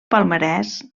palmarès